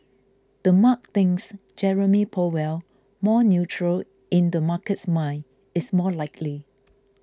the mark things Jerome Powell more neutral in the market's mind is more likely